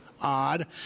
odd